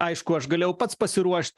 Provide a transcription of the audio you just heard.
aišku aš galėjau pats pasiruošt